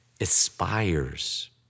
aspires